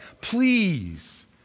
please